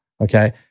Okay